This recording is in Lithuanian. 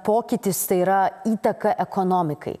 pokytis tai yra įtaka ekonomikai